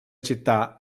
città